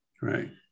Right